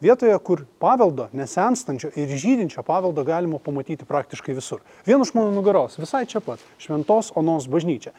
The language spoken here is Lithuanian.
vietoje kur paveldo nesenstančio ir žydinčio paveldo galima pamatyti praktiškai visur vien už mano nugaros visai čia pat šventos onos bažnyčia